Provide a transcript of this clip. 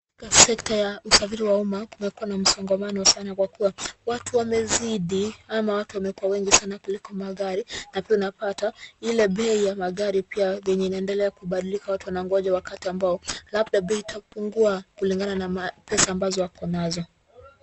Sekta ya usafiri wa umma, kumekuwa na msongamano sana kwa kuwa watu wamezidi, ama watu wamekuwa wengi sana kuliko magari, na pia unapata, ile bei ya magari pia venye inaendelea kubadilika watu wanangoja wakati ambao, labda bei itapungua, kulingana na ma, pesa ambazo wakonazo.